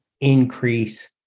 increase